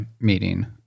meeting